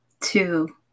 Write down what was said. two